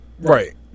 Right